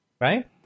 right